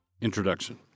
Introduction